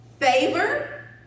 favor